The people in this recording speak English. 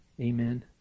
amen